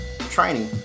training